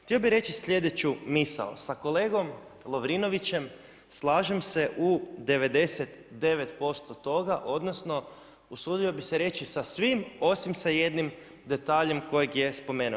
Htio bih reći sljedeću misao, sa kolegom Lovirnovićem, slažem se u 99% toga, odnosno, usudio bi se reći, sa svim, osim sa jednim detaljem kojeg je spomenuo.